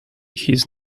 his